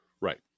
Right